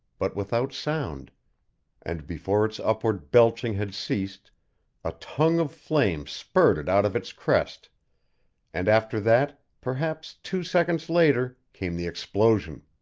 but without sound and before its upward belching had ceased a tongue of flame spurted out of its crest and after that, perhaps two seconds later, came the explosion.